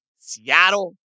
Seattle